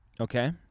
Okay